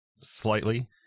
slightly